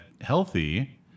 healthy